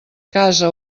casa